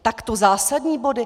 Takto zásadní body?